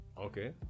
Okay